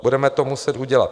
Budeme to muset udělat.